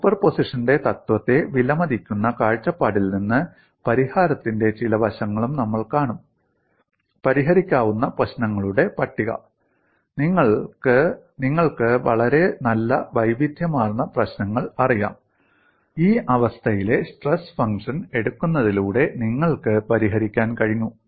സൂപ്പർപോസിഷന്റെ തത്വത്തെ വിലമതിക്കുന്ന കാഴ്ചപ്പാടിൽ നിന്ന് പരിഹാരത്തിന്റെ ചില വശങ്ങളും നമ്മൾ കാണും പരിഹരിക്കാവുന്ന പ്രശ്നങ്ങളുടെ പട്ടിക നിങ്ങൾക്ക് വളരെ നല്ല വൈവിധ്യമാർന്ന പ്രശ്നങ്ങൾ അറിയാം ഈ അവസ്ഥയിലെ സ്ട്രെസ് ഫംഗ്ഷൻ എടുക്കുന്നതിലൂടെ നിങ്ങൾക്ക് പരിഹരിക്കാൻ കഴിഞ്ഞു